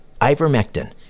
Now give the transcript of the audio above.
Ivermectin